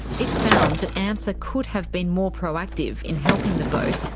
it found that amsa could have been more proactive in helping the boat,